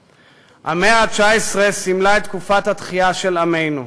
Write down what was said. המאה ה-19 סימלה את תקופת התחייה של עמנו.